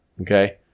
okay